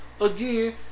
again